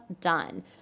done